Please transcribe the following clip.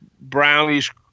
brownish